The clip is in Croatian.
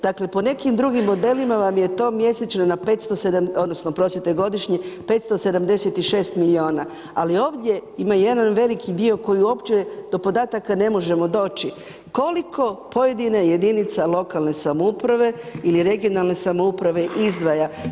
Dakle, po nekim drugim modelima vam je to mjesečno na odnosno oprostite, godišnje 576 milijuna, ali ovdje ima jedan veliki dio koji uopće do podataka ne možemo doći, koliko pojedine jedinice lokalne samouprave ili regionalne samouprave, izdvaja?